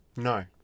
No